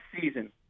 season